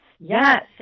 Yes